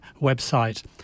website